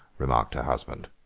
remarked her husband.